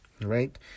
right